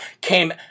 came